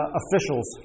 officials